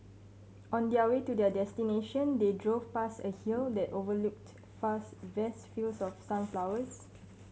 on their way to their destination they drove past a hill that overlooked fast vast fields of sunflowers